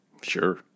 Sure